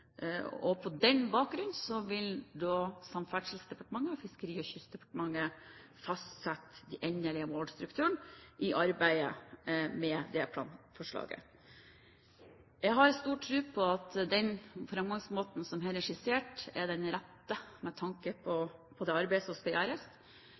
målstrukturen. På den bakgrunn vil Samferdselsdepartementet og Fiskeri- og kystdepartementet fastsette den endelige målstrukturen i arbeidet med planforslaget. Jeg har stor tro på at den framgangsmåten som her er skissert, er den rette med tanke